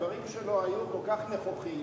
הדברים שלו היו כל כך נכוחים,